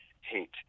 hate